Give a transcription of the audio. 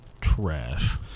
Trash